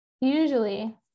usually